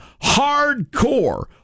hardcore